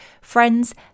friends